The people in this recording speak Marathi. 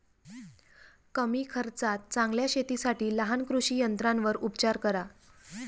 कमी खर्चात चांगल्या शेतीसाठी लहान कृषी यंत्रांवर उपचार करा